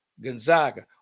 Gonzaga